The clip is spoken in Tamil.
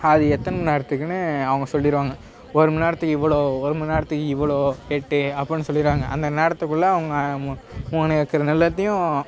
அது எத்தனை மணி நேரத்துக்குன்னு அவங்க சொல்லிடுவாங்க ஒரு மணி நேரத்துக்கு இவ்வளோ ஒரு மணி நேரத்துக்கு இவ்வளோ ரேட்டு அப்படின்னு சொல்லிடுவாங்க அந்த நேரத்துக்குள்ளே அவங்க மூ மூணு ஏக்கர் நெல்லதையும்